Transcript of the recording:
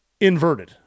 inverted